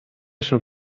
sant